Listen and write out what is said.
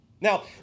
Now